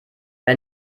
wer